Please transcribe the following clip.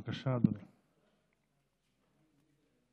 בבקשה, אדוני.